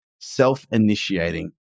self-initiating